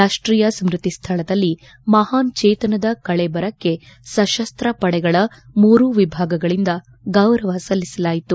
ರಾಷ್ಷೀಯ ಸ್ನೃತಿ ಸ್ವಳದಲ್ಲಿ ಮಹಾನ್ ಜೇತನದ ಕಳೇಬರಕ್ಕೆ ಸಶಸ್ತ ಪಡೆಗಳ ಮೂರೂ ವಿಭಾಗಗಳಿಂದ ಗೌರವ ಸಲ್ಲಿಸಲಾಯಿತು